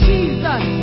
Jesus